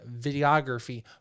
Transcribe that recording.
videography